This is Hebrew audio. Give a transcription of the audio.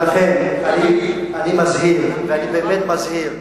ולכן אני מזהיר, אני באמת מזהיר,